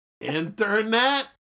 internet